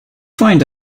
find